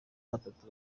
batatu